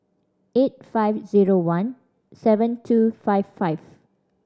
eight five zero one seven two five five